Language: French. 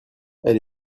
elle